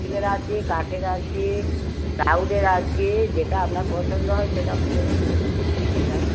স্টিলের আছে কাঠের আছে প্লাইউডের আছে যেটা আপনার পছন্দ হয় সেটা নেবেন বলুন কোনটা চাই